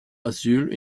asyl